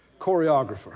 choreographer